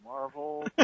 Marvel